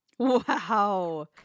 Wow